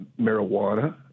marijuana